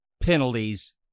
penalties